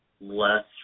less